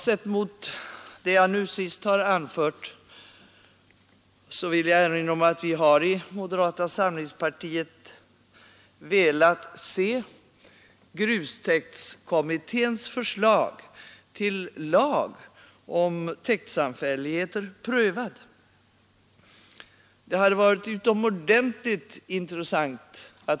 Sett mot det jag senast har anfört vill jag erinra om att vi i moderata samlingspartiet har velat se grustäktskommitténs förslag till lag om täktsamfälligheter prövat. Det hade varit utomordentligt intressant.